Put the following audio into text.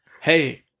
Hey